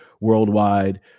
worldwide